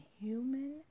human